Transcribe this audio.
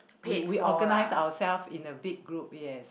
we we organise ourselves in a big group yes